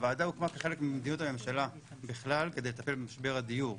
הוועדה הוקמה כחלק ממדיניות הממשלה בכלל כדי לטפל במשבר הדיור.